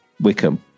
Wickham